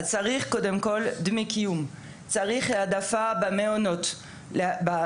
צריך קודם כל דמי קיום, צריך העדפה במעונות סמוכים